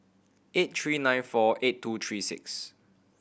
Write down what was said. eight three nine four eight two three six